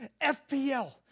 FPL